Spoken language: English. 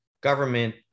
government